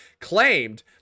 claimed